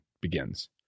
begins